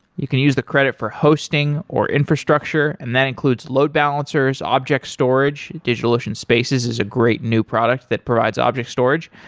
you can use the credit for hosting, or infrastructure, and that includes load balancers, object storage. digitalocean spaces is a great new product that provides object storage,